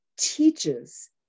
teaches